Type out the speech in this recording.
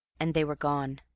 and they were gone.